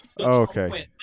Okay